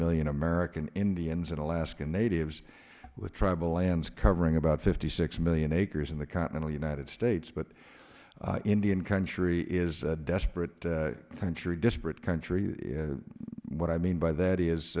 million american indians and alaskan natives with tribal lands covering about fifty six million acres in the continental united states but indian country is desperate century disparate country what i mean by that is